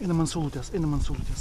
einam ant saulutės einam ant saulutės